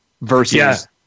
Versus